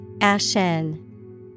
Ashen